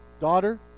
daughter